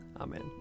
Amen